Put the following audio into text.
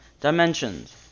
Dimensions